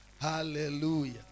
Hallelujah